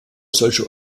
solcher